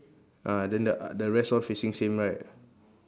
ah then the the rest all facing same right